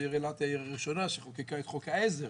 העיר אילת היא העיר הראשונה שחוקקה את חוק העזר